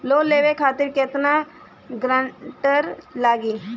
Loan लेवे खातिर केतना ग्रानटर लागी?